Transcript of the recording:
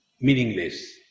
meaningless